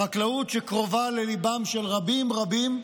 החקלאות, שקרובה לליבם של רבים רבים,